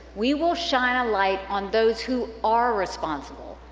we will shine a light on those who are responsible.